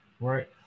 right